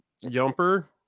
jumper